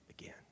again